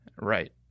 Right